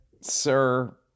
Sir